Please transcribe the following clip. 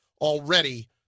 already